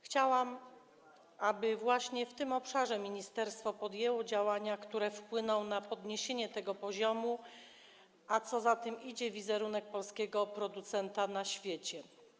Chciałabym, by właśnie w tym obszarze ministerstwo podjęło działania, które wpłyną na podniesienie tego poziomu, a co za tym idzie, na wizerunek polskiego producenta na świecie.